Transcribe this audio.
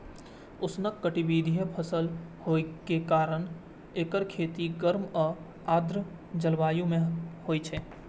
उष्णकटिबंधीय फसल होइ के कारण एकर खेती गर्म आ आर्द्र जलवायु मे होइ छै